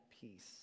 peace